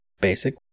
Basic